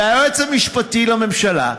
והיועץ המשפטי לממשלה,